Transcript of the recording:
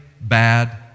bad